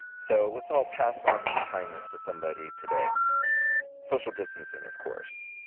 so let's all pass on some kindness to somebody today social distancing, of course.